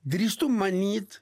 drįstu manyt